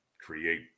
create